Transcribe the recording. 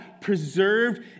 preserved